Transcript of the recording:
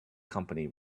company